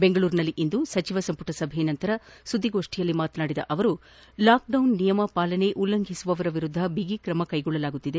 ಬೆಂಗಳೂರಿನಲ್ಲಿಂದು ಸಚಿವ ಸಂಪುಟ ಸಭೆ ನಂತರ ಸುದ್ದಿಗೋಷ್ಠಿಯಲ್ಲಿ ಮಾತನಾಡಿದ ಅವರು ಲಾಕ್ಡೌನ್ ನಿಯಮ ಪಾಲನೆ ಉಲ್ಲಂಘಿಸುವವರ ವಿರುದ್ದ ಬಗಿ ಕ್ರಮ ಕೈಗೊಳ್ಳಲಾಗುತ್ತಿದೆ